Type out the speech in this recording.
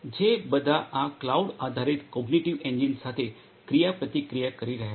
જે બધા આ ક્લાઉડ આધારિત કોગ્નિટિવ એન્જિન સાથે ક્રિયાપ્રતિક્રિયા કરી રહ્યાં છે